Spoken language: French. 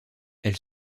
elle